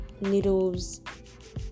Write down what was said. needles